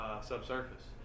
subsurface